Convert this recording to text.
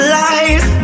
life